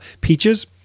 Peaches